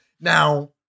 Now